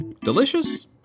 Delicious